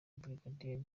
brigadier